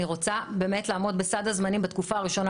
אני רוצה באמת לעמוד בסד הזמנים בתקופה הראשונה